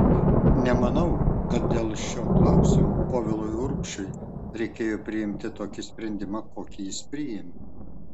nemanau kad dėl šio klausimo povilui urbšiui reikėjo priimti tokį sprendimą kokį jis priėmė